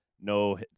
no